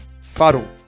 Fuddle